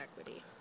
equity